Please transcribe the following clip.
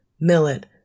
millet